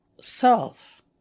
self